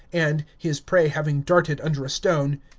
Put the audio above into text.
and, his prey having darted under a stone,